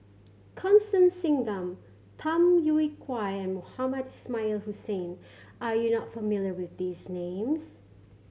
Constance Singam Tham Yui Kai and Mohamed Ismail Hussain are you not familiar with these names